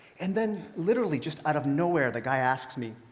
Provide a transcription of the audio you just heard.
and then literally just out of nowhere, the guy asks me,